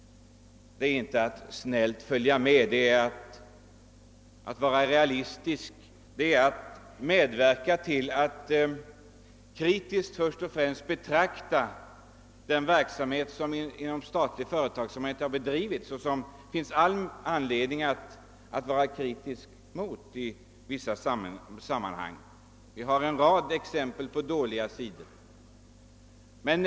Det är inte att snällt följa med. Det är att vara realistisk, och det är att medverka först och främst genom att kritiskt betrakta den verksamhet som staten har bedrivit och som det finns all anledning att vara kritisk emot i vissa sammanhang. Det finns en rad exempel på dåligt skötta företag.